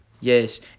Yes